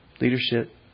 Leadership